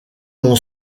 mon